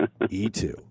E2